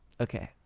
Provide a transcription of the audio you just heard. okay